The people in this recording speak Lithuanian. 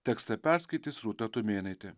tekstą perskaitys rūta tumėnaitė